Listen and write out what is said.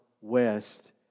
west